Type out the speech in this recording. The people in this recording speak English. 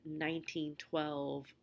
1912